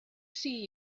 see